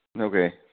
Okay